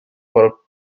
por